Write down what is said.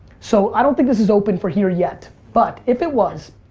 so i don't think this is open for here yet, but if it was,